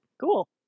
Cool